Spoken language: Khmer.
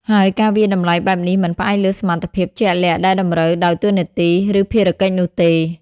ហើយការវាយតម្លៃបែបនេះមិនផ្អែកលើសមត្ថភាពជាក់លាក់ដែលតម្រូវដោយតួនាទី ឬភារកិច្ចនោះទេ។